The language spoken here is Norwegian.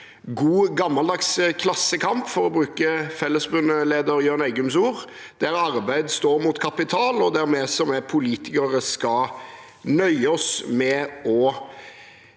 god, gammeldags klassekamp, for å bruke Fellesforbundet-leder Jørn Eggums ord, der arbeid står mot kapital, og der vi som er politikere, skal nøye oss med å